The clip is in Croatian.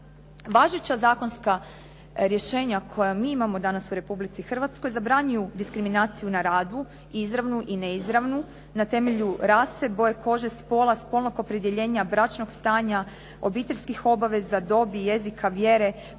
Važeća zakonska rješenja koja mi imamo danas u Republici Hrvatskoj zabranjuju diskriminaciju na radu izravnu i neizravnu, na temelju rase, boje kože, spola, spolnog opredjeljenja, bračnog stanja, obiteljskih obaveza, dobi, jezika, vjere,